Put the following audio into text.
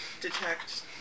detect